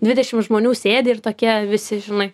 dvidešim žmonių sėdi ir tokie visi žinai